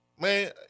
man